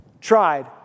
tried